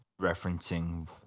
referencing